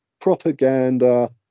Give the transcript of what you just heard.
propaganda